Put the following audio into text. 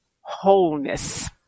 wholeness